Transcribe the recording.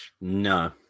no